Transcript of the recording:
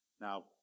Now